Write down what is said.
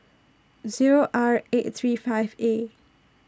Zero R eight three five A